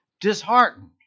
disheartened